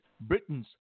Britain's